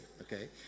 okay